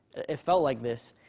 it felt like this.